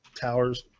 towers